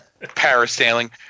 parasailing